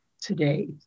today